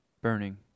burning